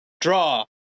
Draw